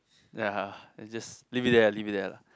ya is just leave it there lah leave it there lah